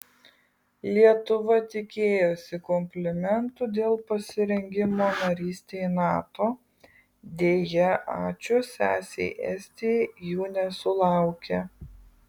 lietuva tikėjosi komplimentų dėl pasirengimo narystei nato deja ačiū sesei estijai jų nesulaukė